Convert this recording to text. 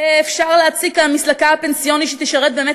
אפשר להציג כאן מסלקה פנסיונית שתשרת באמת